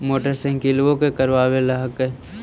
मोटरसाइकिलवो के करावे ल हेकै?